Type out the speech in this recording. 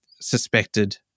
suspected